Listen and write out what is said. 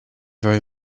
very